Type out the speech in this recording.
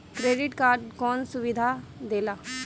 Credit card कौन सुबिधा देला?